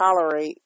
tolerate